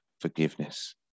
forgiveness